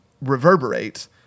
reverberate